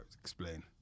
Explain